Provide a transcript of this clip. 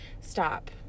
Stop